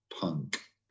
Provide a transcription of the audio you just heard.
punk